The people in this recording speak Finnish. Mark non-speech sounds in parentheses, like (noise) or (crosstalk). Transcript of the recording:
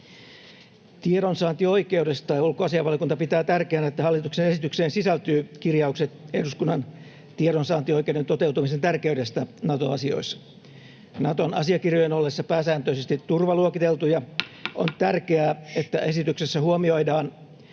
Tiedonsaantioikeudesta: Ulkoasiainvaliokunta pitää tärkeänä, että hallituksen esitykseen sisältyy kirjaukset eduskunnan tiedonsaantioikeuden toteutumisen tärkeydestä Nato-asioissa. Naton asiakirjojen ollessa pääsääntöisesti turvaluokiteltuja (noise)